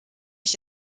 ich